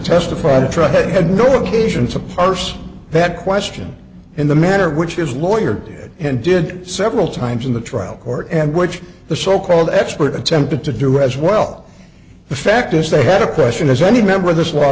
trial head nor occasions a person that question in the matter which is lawyer did and did several times in the trial court and which the so called expert attempted to do as well the fact is they had a question as any member of this law